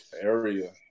area